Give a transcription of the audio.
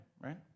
right